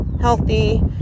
healthy